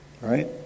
right